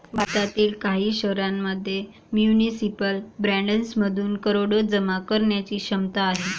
भारतातील काही शहरांमध्ये म्युनिसिपल बॉण्ड्समधून करोडो जमा करण्याची क्षमता आहे